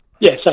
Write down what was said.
Yes